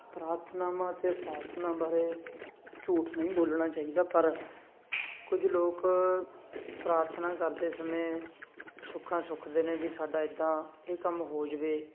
ਪ੍ਰਾਰਥਨਾਵਾਂ ਅਤੇ ਉਪਾਸਨਾ ਬਾਰੇ ਝੂਠ ਨਹੀਂ ਬੋਲਣਾ ਚਾਹੀਦਾ ਪਰ ਕੁਝ ਲੋਕ ਪ੍ਰਾਰਥਨਾ ਕਰਦੇ ਸਮੇਂ ਸੁੱਖਾਂ ਸੁੱਖਦੇ ਨੇ ਵੀ ਸਾਡਾ ਇੱਦਾਂ ਇਹ ਕੰਮ ਹੋ ਜਾਵੇ